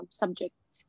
subjects